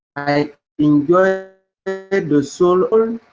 i enjoy the and soul.